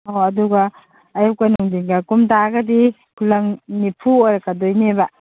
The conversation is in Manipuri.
ꯑꯣ ꯑꯗꯨꯒ ꯑꯌꯨꯛꯀ ꯅꯨꯡꯊꯤꯟꯒ ꯀꯨꯝ ꯇꯥꯔꯒꯗꯤ ꯈꯨꯂꯪ ꯅꯤꯐꯨ ꯑꯣꯏꯔꯛꯀꯗꯣꯏꯅꯦꯕ